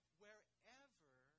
wherever